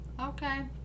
Okay